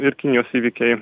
ir kinijos įvykiai